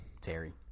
Terry